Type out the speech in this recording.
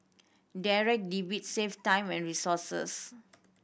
Direct Debit save time and resources